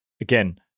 again